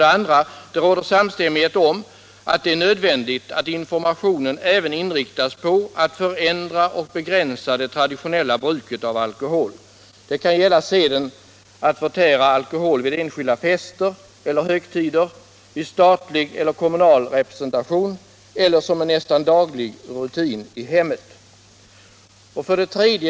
Det råder samstämmighet om att det är nödvändigt ”att informationen även inriktas på att förändra och begränsa det traditionella bruket av alkohol”. Detta kan gälla, säger utskottet, ”seden att förtära alkohol vid enskilda fester eller vid högtider, vid statlig eller kommunal representation eller som en nästan daglig rutin i hemmet”. 3.